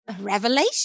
revelation